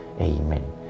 Amen